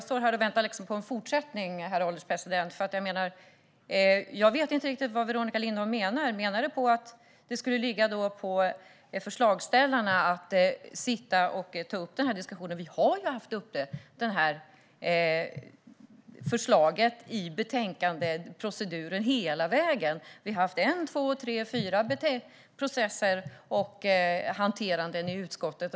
Herr ålderspresident! Jag står och väntar på en fortsättning. Jag vet inte riktigt vad Veronica Lindholm menar. Är det att det skulle ligga på förslagsställarna att ta upp diskussionen? Vi har ju haft med förslaget i betänkandeproceduren hela vägen. Vi har haft en, två, tre, fyra processer och hanteranden i utskottet.